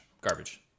Garbage